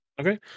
Okay